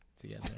together